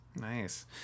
Nice